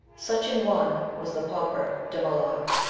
such an one was the pauper dumollard,